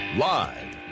Live